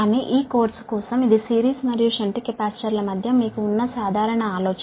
కానీ ఈ కోర్సు కోసం ఇది సిరీస్ మరియు షంట్ కెపాసిటర్ల మధ్య మీకు ఉన్న సాధారణ ఆలోచన